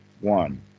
one